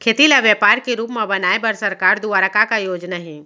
खेती ल व्यापार के रूप बनाये बर सरकार दुवारा का का योजना हे?